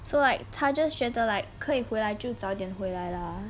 so like 她 just 觉得 like 可以回来就早点回来了